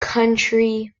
country